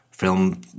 film